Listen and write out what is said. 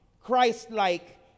Christ-like